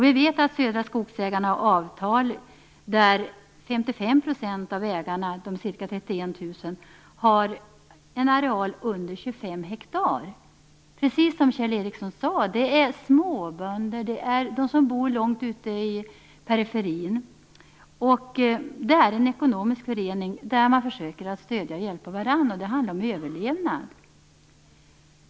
Vi vet att Södra Skogsägarna har avtal där 55 % Precis som Kjell Ericsson sade, är det småbönder och andra som bor långt ute i periferin. Det är en ekonomisk förening, där man försöker stödja och hjälpa varandra. Det handlar om överlevnad.